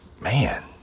man